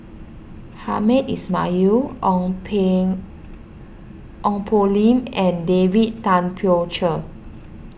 Hamed Ismail Ong ping Ong Poh Lim and David Tay Poey Cher